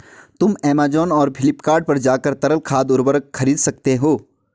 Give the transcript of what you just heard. तुम ऐमेज़ॉन और फ्लिपकार्ट पर जाकर तरल खाद उर्वरक खरीद सकते हो